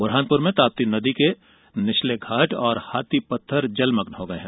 ब्रहानपुर में ताप्ती नदी के निलचे घाट और हाथी पत्थर जलमग्न हो गए हैं